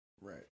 Right